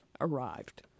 arrived